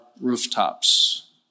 rooftops